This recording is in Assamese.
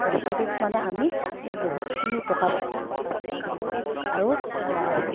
বছৰটোত মানে আমি এই বহুতখিনিও টকা পইচা সকাহ পোৰাব পাৰিম আৰু